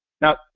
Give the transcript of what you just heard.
Now